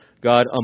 God